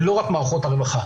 ולא רק מערכות הרווחה.